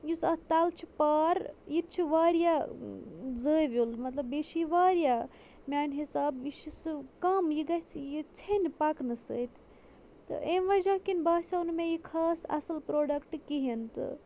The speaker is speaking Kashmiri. یُس اَتھ تَلہٕ چھِ پار یہِ تہِ چھِ واریاہ زٲویُل مطلب بیٚیہِ چھِ یہِ واریاہ میٛانہِ حِساب یہِ چھِ سُہ کَم یہِ گَژھِ یہِ ژھیٚنہِ پَکنہٕ سۭتۍ تہٕ اَمہِ وَجہ کِنۍ باسیو نہٕ مےٚ یہِ خاص اَصٕل پرٛوٚڈَکٹ کِہیٖنۍ تہٕ